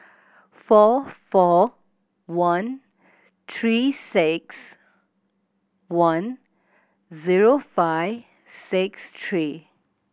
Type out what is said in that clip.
four four one Three Six One zero five six three